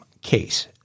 case